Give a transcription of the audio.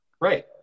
Right